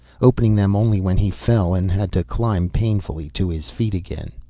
opening them only when he fell and had to climb painfully to his feet again.